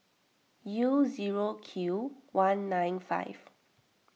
U zero Q one nine five